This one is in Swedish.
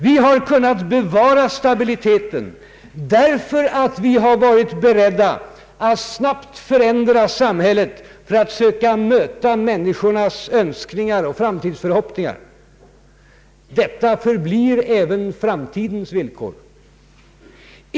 Vi har kunnat bevara stabiliteten därför att vi har varit beredda att snabbt förändra samhället för att söka möta människornas önsk ningar och = framtidsförhoppningar. Detta förblir även framtidens villkor.